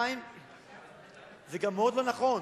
2. זה גם מאוד לא נכון.